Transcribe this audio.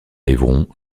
évron